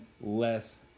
less